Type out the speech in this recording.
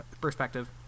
perspective